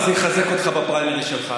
אבל זה יחזק אותך בפריימריז שלך,